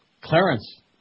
Clarence